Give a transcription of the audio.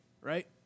right